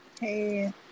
Hey